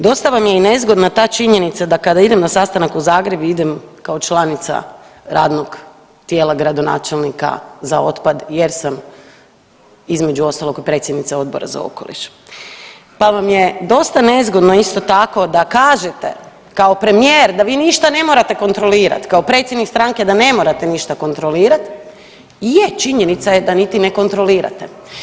Dosta vam je i nezgodna ta činjenica da kada idem na sastanak u Zagreb i idem kao članica radnog tijela gradonačelnika za otpad jer sam između ostalog i predsjednica Odbora za okoliš, pa vam je dosta nezgodno isto tako da kažete kao premijer da vi ništa ne morate kontrolirat, kao predsjednik stranke da ne morate ništa kontrolirat je činjenica je da niti ne kontrolirate.